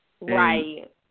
Right